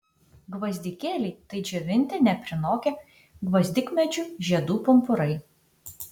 gvazdikėliai tai džiovinti neprinokę gvazdikmedžių žiedų pumpurai